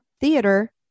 theater